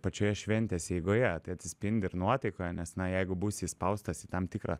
pačioje šventės eigoje tai atsispindi ir nuotaikoje nes na jeigu būsi įspaustas į tam tikrą